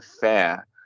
fair